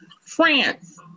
France